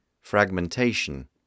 Fragmentation